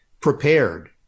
prepared